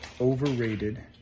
overrated